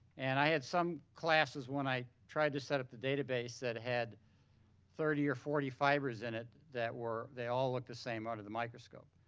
and i had some classes when i tried to set up a database that had thirty or forty fibers in it that were they all look the same under the microscope.